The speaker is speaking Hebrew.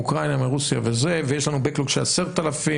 מאוקראינה ורוסיה וזה ויש לנו backlog של 10,000,